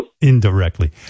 Indirectly